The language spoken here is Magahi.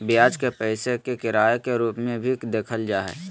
ब्याज के पैसे के किराए के रूप में भी देखल जा हइ